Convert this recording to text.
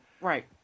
Right